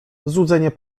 złudzenie